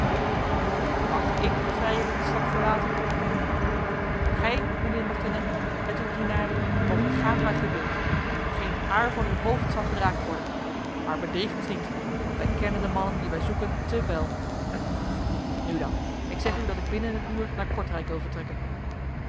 en mag ik vrijelijk de stad verlaten gij mijnheer de mortenay met uw dienaren moogt gaan waar gij wilt geen haar van uw hoofd zal geraakt worden maar bedrieg ons niet want wij kennen de mannen die wij zoeken te wel nu dan ik zeg u dat ik binnen een uur naar kortrijk wil vertrekken